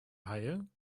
haie